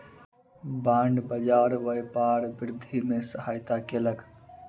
bond बाजार व्यापार वृद्धि में सहायता केलक